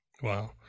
Wow